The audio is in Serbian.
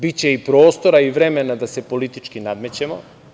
Biće prostora i vremena da se politički nadmećemo.